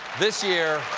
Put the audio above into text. this year,